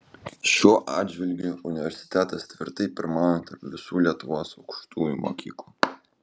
šiuo atžvilgiu universitetas tvirtai pirmauja tarp visų lietuvos aukštųjų mokyklų